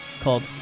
called